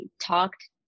talked